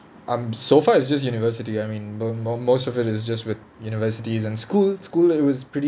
um so far it's just university I mean m~ mo~ most of it is just with universities and school school it was pretty